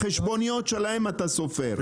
את החשבוניות שלהם אתה סופר,